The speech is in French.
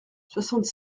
soixante